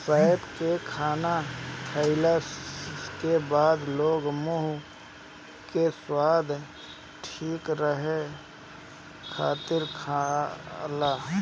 सौंफ के खाना खाईला के बाद लोग मुंह के स्वाद ठीक रखे खातिर खाला